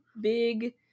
big